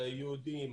היהודים,